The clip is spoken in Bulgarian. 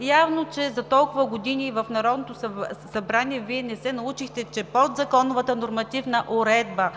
Явно, че за толкова години в Народното събрание Вие не се научихте, че подзаконовата нормативна уредба